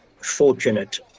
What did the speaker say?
fortunate